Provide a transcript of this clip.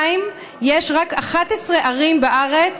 יש רק 11 ערים בארץ